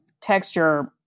texture